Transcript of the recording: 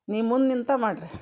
ನೀ ಮುಂದೆ ನಿಂತೇ ಮಾಡಿರಿ